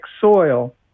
soil